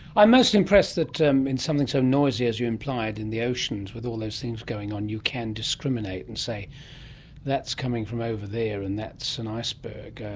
i'm most impressed that um in something so noisy as you implied in the oceans with all those things going on, you can discriminate and say that's coming from over there and that's an iceberg.